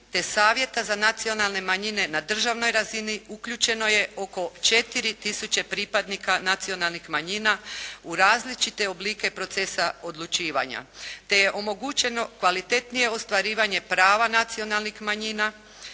te savjeta za nacionalne manjine na državnoj razini uključeno je oko 4 tisuće pripadnika nacionalnih manjina u različite oblike procesa odlučivanja. Te je omogućeno kvalitetnije ostvarivanje prava nacionalnih manjina